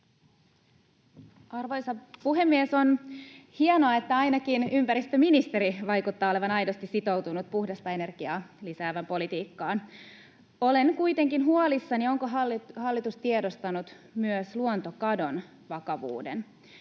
Arvoisa puhemies! On hienoa, että ainakin ympäristöministeri vaikuttaa olevan aidosti sitoutunut puhdasta energiaa lisäävään politiikkaan. Olen kuitenkin huolissani, onko hallitus tiedostanut myös luontokadon vakavuuden.